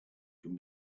can